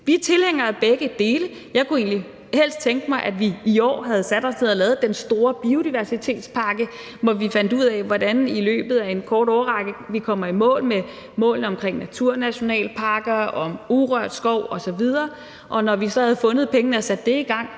Vi er tilhængere af begge dele. Jeg kunne egentlig bedst tænke mig, at vi i år havde sat os ned og lavet den store biodiversitetspakke, hvor vi fandt ud af, hvordan vi i løbet af en kort årrække kommer i mål med målene om naturnationalparker, om urørt skov osv. Og når vi så havde fundet pengene og sat det i gang,